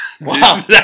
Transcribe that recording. Wow